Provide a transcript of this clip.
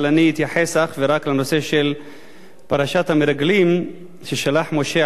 אבל אני אתייחס אך ורק לנושא של פרשת המרגלים ששלח משה,